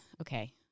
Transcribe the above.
okay